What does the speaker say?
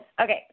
Okay